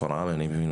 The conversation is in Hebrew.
שפרעם.